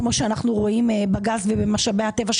כמו שאנחנו רואים בגז ובמשאבי הטבע,